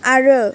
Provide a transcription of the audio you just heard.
आरो